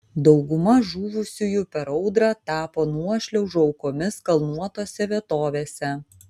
dauguma žuvusiųjų per audrą tapo nuošliaužų aukomis kalnuotose vietovėse